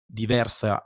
diversa